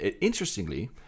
Interestingly